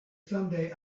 someday